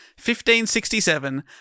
1567